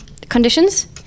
conditions